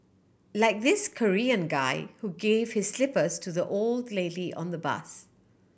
like this Korean guy who gave his slippers to the old lady on the bus